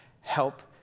help